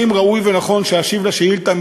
אם ראוי ונכון שאשיב על השאילתה,